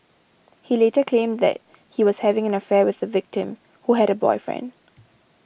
he later claimed that he was having an affair with the victim who had a boyfriend